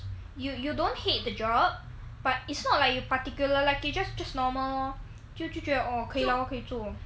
you you don't hate the job but it's not like you particular like it just just normal 就就觉得 oh 可以 lor 可以做 so okay lah but when it starts to get tough right all the O_T all the shit come in right